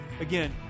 Again